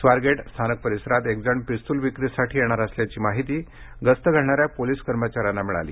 स्वारगेट स्थानक परिसरात एक जण पिस्तूल विक्रीसाठी येणार असल्याची माहिती गस्त घालणाऱ्या पोलीस कर्मचाऱ्यांना मिळाली